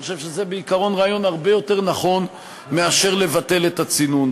אני חושב שזה בעיקרון רעיון הרבה יותר נכון מאשר לבטל את הצינון,